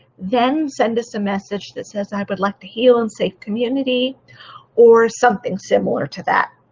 then send us a message that says i would like to heal in safe community or something similar to that.